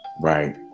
right